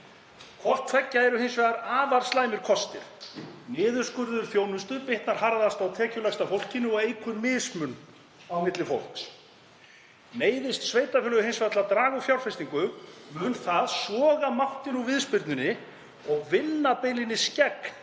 Hvort tveggja eru hins vegar afar slæmir kostir. Niðurskurður þjónustu bitnar harðast á tekjulægsta fólkinu og eykur mismun á milli fólks. Neyðist sveitarfélög til að draga úr fjárfestingu mun það soga máttinn úr viðspyrnunni og vinna beinlínis gegn